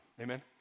amen